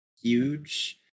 huge